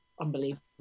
unbelievable